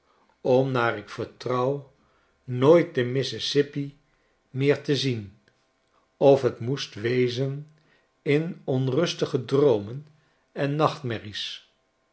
om naar ik vertrouw nooit den mississippi meer te zien of t moest wezen in onrustige droomen en nachtmerries